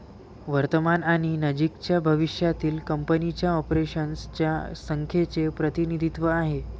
वर्तमान आणि नजीकच्या भविष्यातील कंपनीच्या ऑपरेशन्स च्या संख्येचे प्रतिनिधित्व आहे